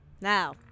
Now